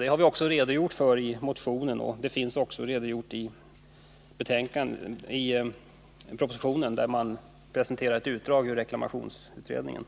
Det har vi redogjort för i vår motion, och det finns också med i propositionen, där man presenterar ett utdrag från reklamationsutredningen.